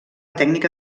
tècnica